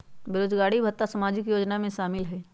बेरोजगारी भत्ता सामाजिक योजना में शामिल ह ई?